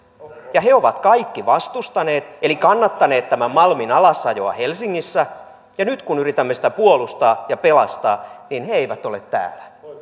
he ovat kaikki vastustaneet tätä aloitetta eli kannattaneet tämän malmin alasajoa helsingissä ja nyt kun yritämme sitä puolustaa ja pelastaa niin he eivät ole täällä